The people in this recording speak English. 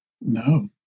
No